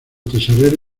tesorero